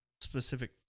specific